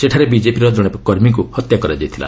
ସେଠାରେ ବିଜପିର ଜଣେ କର୍ମୀଙ୍କ ହତ୍ୟା କରାଯାଇଥିଲା